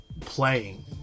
playing